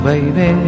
Baby